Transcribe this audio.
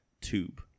tube